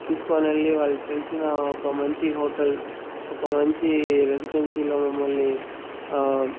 తీసుకొనెళ్ళి వాళ్ళకు తెలిసిన ఒక మంచి హోటల్ ఒక మంచి రెసిడెన్సిలో మమ్మల్ని